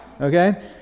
okay